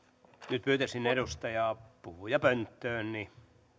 nyt pyytäisin edustajaa puhujapönttöön niin